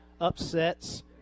upsets